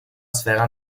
sfera